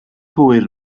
hwyr